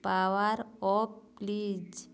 power of please